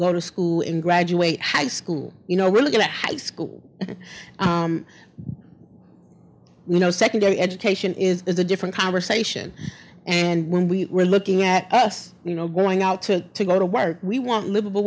go to school and graduate high school you know really get high school you know secondary education is a different conversation and when we were looking at us you know going out to go to work we want livable